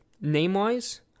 name-wise